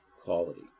quality